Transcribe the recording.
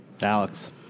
Alex